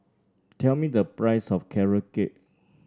tell me the price of Carrot Cake